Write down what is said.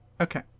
Okay